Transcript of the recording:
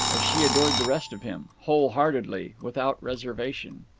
as she adored the rest of him, whole-heartedly, without reservation.